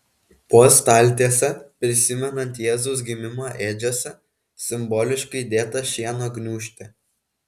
po staltiese prisimenant jėzaus gimimą ėdžiose simboliškai dėta šieno gniūžtė